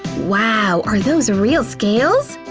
wow, are those real scales?